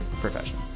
profession